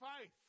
faith